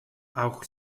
auch